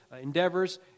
endeavors